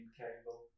cable